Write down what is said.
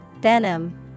Venom